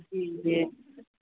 जी जी